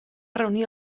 reunir